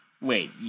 wait